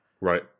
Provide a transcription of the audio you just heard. Right